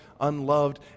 unloved